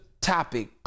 topic